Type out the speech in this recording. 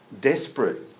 Desperate